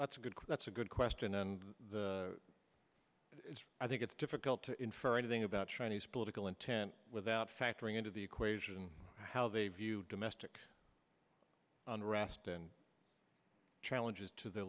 that's good that's a good question and i think it's difficult to infer anything about trying to ease political intent without factoring into the equation how they view domestic unrest and challenges to their